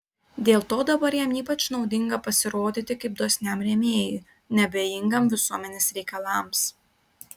dėl to dabar jam ypač naudinga pasirodyti kaip dosniam rėmėjui neabejingam visuomenės reikalams